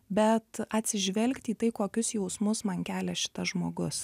bet atsižvelgti į tai kokius jausmus man kelia šitas žmogus